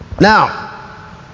Now